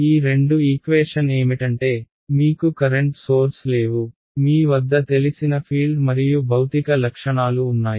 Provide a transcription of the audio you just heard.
ఈ రెండు ఈక్వేషన్ ఏమిటంటే మీకు కరెంట్ సోర్స్ లేవు మీ వద్ద తెలిసిన ఫీల్డ్ మరియు భౌతిక లక్షణాలు ఉన్నాయి